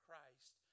Christ